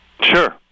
Sure